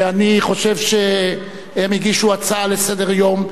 ואני חושב שהם הגישו הצעה לסדר-היום.